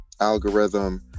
algorithm